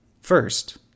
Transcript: First